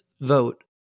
vote